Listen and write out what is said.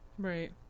Right